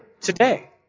today